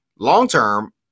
Long-term